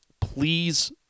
please